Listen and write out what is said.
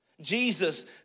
Jesus